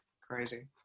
crazy